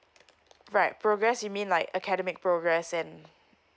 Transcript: right progress you mean like academic progress and